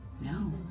No